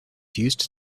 used